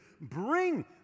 bring